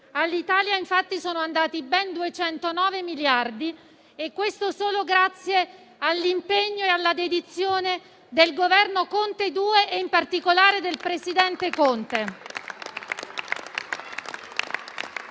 All'Italia, infatti, sono andati ben 209 miliardi di euro e questo solo grazie all'impegno e alla dedizione del Governo Conte II e, in particolare, del presidente Conte.